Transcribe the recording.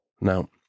Now